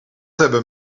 hebben